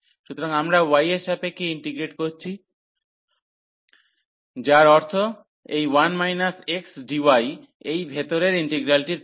সুতরাং আমরা y এর সাপেক্ষে ইন্টিগ্রেট করছি যার অর্থ এই 1 x dy এই ভেতরের ইন্টিগ্রালটির পরে